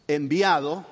enviado